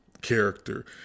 character